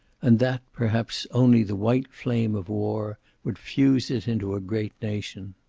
and that, perhaps, only the white flame of war would fuse it into a great nation.